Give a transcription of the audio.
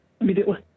immediately